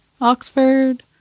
Oxford